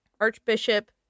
Archbishop